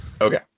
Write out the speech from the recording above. Okay